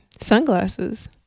Sunglasses